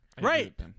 Right